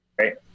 Right